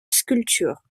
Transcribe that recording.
sculpture